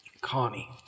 Connie